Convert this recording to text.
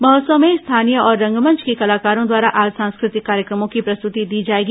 महोत्सव में स्थानीय और रंगमंच के कलाकारों द्वारा आज सांस्कृतिक कार्यक्रमों की प्रस्तुति दी जाएगी